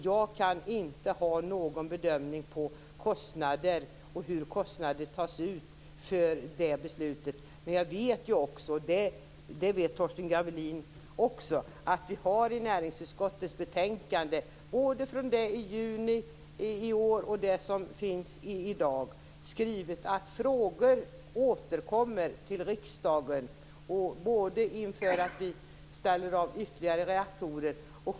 Jag kan inte göra någon bedömning av kostnaderna när det gäller det beslut som fattats och hur dessa kostnader tas ut. Både jag och Torsten Gavelin vet att det både i näringsutskottets betänkande i juni i år och i det betänkande från näringsutskottet som vi i dag behandlar står att dessa frågor återkommer till riksdagen. Det gäller då inför avställandet av ytterligare reaktorer.